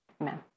amen